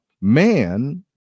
man